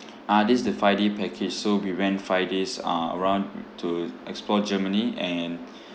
uh this is the five day package so we went five days uh around to explore germany and